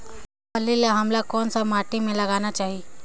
फल्ली ल हमला कौन सा माटी मे लगाना चाही?